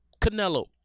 Canelo